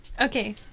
Okay